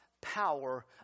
power